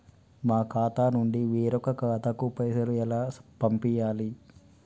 మా ఖాతా నుండి వేరొక ఖాతాకు పైసలు ఎలా పంపియ్యాలి?